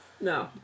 No